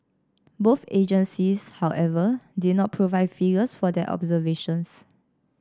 both agencies however did not provide figures for their observations